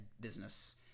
business